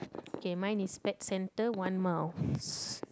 okay mine is pet centre one mouse